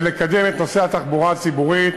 ולקדם את נושא התחבורה הציבורית